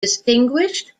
distinguished